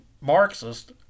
Marxist